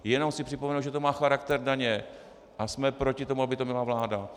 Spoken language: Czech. Jenom chci připomenout, že to má charakter daně a jsme proti tomu, aby to měla vláda.